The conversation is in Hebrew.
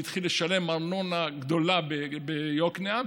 והתחיל לשלם ארנונה גדולה ביקנעם,